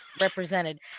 represented